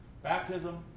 Baptism